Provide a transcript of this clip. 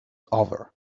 over